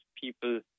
people